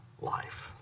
life